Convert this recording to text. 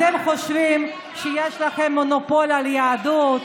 אתם חושבים שיש לכם מונופול על היהדות,